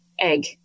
egg